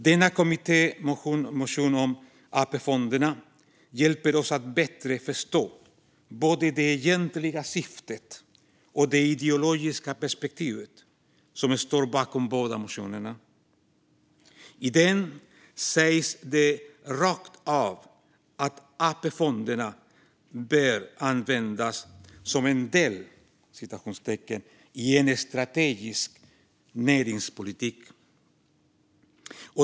Denna motion om AP-fonderna hjälper oss att bättre förstå både det egentliga syftet och det ideologiska perspektivet bakom båda motionerna. I motionen sägs det rakt ut att AP-fonderna bör användas "som en del i en strategisk näringspolitik".